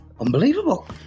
unbelievable